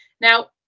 Now